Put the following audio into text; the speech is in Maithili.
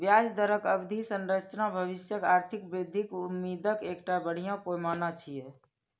ब्याज दरक अवधि संरचना भविष्यक आर्थिक वृद्धिक उम्मीदक एकटा बढ़िया पैमाना छियै